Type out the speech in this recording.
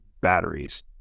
batteries